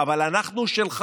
אבל אנחנו שלך.